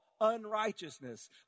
unrighteousness